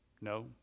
No